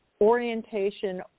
orientation